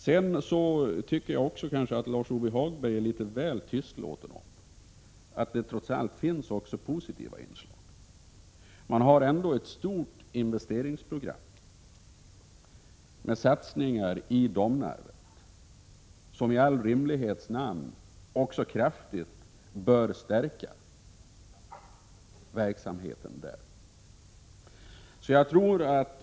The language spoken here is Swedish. Sedan tycker jag att Lars-Ove Hagberg är litet väl tystlåten om att det trots allt också finns positiva inslag. Man har ett stort investeringsprogram med satsningar i Domnarvet, vilket i all rimlighets namn kraftigt bör stärka verksamheten där.